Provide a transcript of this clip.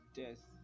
death